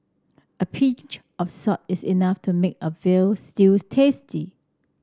a pinch of salt is enough to make a veal stew tasty